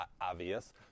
obvious